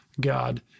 God